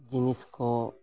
ᱡᱤᱱᱤᱥ ᱠᱚ